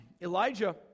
Elijah